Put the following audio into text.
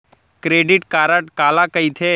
Credit card काला कहिथे?